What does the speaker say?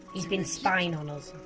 he's been spying on us!